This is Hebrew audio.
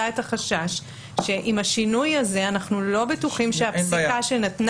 את החשש שעם השינוי הזה אנחנו לא בטוחים שהפסיקה שנתנה